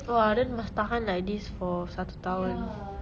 !wah! then must tahan like this for satu tahun